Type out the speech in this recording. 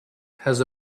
has